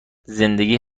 زندگی